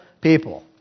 people